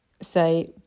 say